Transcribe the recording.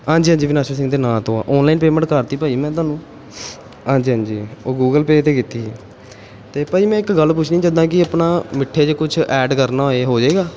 ਹਾਂਜੀ ਹਾਂਜੀ ਵਿਨਾਸ਼ਾ ਸਿੰਘ ਦੇ ਨਾਂ ਤੋਂ ਆ ਔਨਲਾਈਨ ਪੇਮੈਂਟ ਕਰਤੀ ਭਾਅ ਜੀ ਮੈਂ ਤੁਹਾਨੂੰ ਹਾਂਜੀ ਹਾਂਜੀ ਉਹ ਗੂਗਲ ਪੇਅ 'ਤੇ ਕੀਤੀ ਜੀ ਅਤੇ ਭਾਅ ਜੀ ਮੈਂ ਇੱਕ ਗੱਲ ਪੁੱਛਣੀ ਜਿੱਦਾਂ ਕਿ ਆਪਣਾ ਮਿੱਠੇ 'ਚ ਕੁਛ ਐਡ ਕਰਨਾ ਹੋਵੇ ਹੋ ਜਾਵੇਗਾ